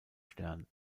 stern